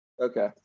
Okay